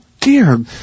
dear